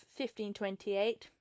1528